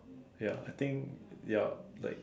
ya I think ya like